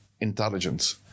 intelligence